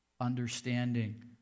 understanding